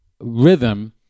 rhythm